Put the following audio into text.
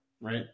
right